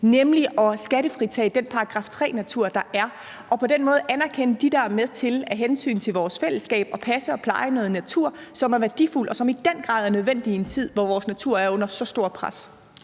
nemlig at skattefritage den § 3-natur, der er, og på den måde anerkende dem, der er med til – af hensyn til vores fællesskab – at passe og pleje noget natur, som er værdifuld, og som i den grad er nødvendig i en tid, hvor vores natur er under så stort pres.